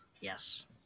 yes